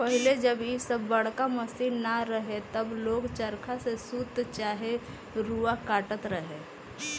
पहिले जब इ सब बड़का मशीन ना रहे तब लोग चरखा से सूत चाहे रुआ काटत रहे